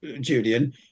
Julian